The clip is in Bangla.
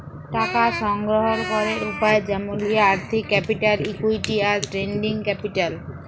টাকা সংগ্রহল ক্যরের উপায় যেমলি আর্থিক ক্যাপিটাল, ইকুইটি, আর ট্রেডিং ক্যাপিটাল